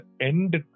end